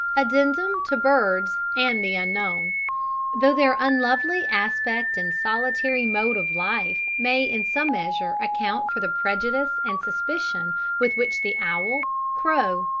addendum to birds and the unknown though their unlovely aspect and solitary mode of life may in some measure account for the prejudice and suspicion with which the owl, crow,